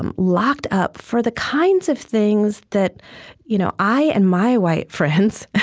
um locked up for the kinds of things that you know i and my white friends